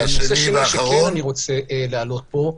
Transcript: הנושא השני שאני רוצה להעלות פה,